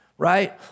right